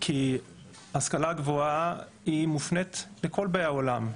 כי השכלה גבוהה היא מופנית לכל באי העולם,